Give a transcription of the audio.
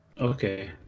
Okay